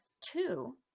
two